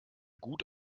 gut